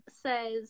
says